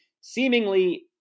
seemingly